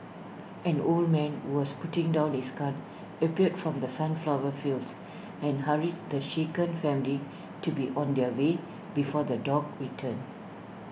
an old man who was putting down his gun appeared from the sunflower fields and hurried the shaken family to be on their way before the dogs return